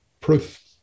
proof